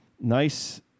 nice